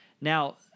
now